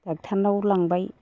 ड'क्टरनाव लांबाय